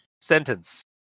sentence